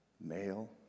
Male